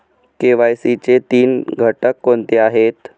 KYC चे तीन घटक कोणते आहेत?